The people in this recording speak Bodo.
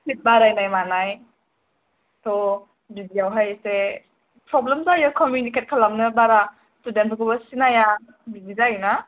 सिट बारायनाय मानाय थ' बिदिआवहाय इसे प्रब्लेम जायो कमिउनिकेट खालामनो बारा स्टुडेन्ड फोरखौबो सिनाया बिदि जायो ना